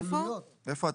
איפה אתה?